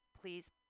please